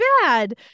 bad